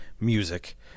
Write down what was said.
music